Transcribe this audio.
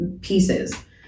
pieces